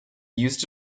used